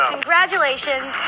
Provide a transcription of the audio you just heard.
Congratulations